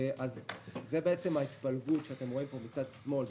זו ההתפלגות שאתם רואים פה בצד שמאל,